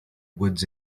woods